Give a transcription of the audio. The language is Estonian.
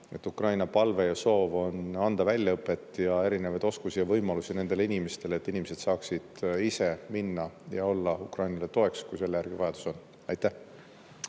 Ukraina palve ja soov on anda väljaõpet ja erinevaid oskusi ja võimalusi nendele inimestele, et inimesed saaksid ise minna ja olla Ukrainale toeks, kui selle järgi vajadus on. Aitäh!